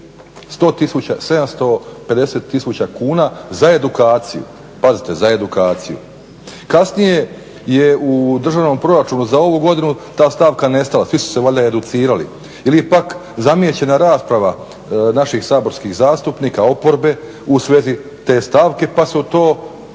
750 tisuća kuna za edukaciju. Pazite, za edukaciju. Kasnije je u državnom proračunu za ovu godinu ta stavka nestala, svi su se valjda educirali ili je pak zamijećena rasprava naših saborskih zastupnika, oporbe u svezi te stavke pa su to